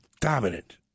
dominant